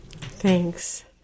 Thanks